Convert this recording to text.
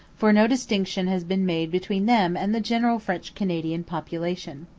for no distinction has been made between them and the general french-canadian population.